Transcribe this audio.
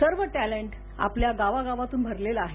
सर्व टँलेट आपल्या गावागावातून भरलेलं आहे